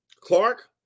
Clark